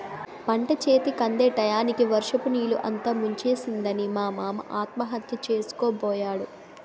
పంటచేతికందే టయానికి వర్షపునీరు అంతా ముంచేసిందని మా మామ ఆత్మహత్య సేసుకోబోయాడు